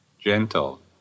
gentle